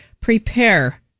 Prepare